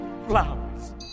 flowers